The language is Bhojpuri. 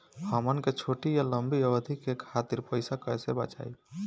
हमन के छोटी या लंबी अवधि के खातिर पैसा कैसे बचाइब?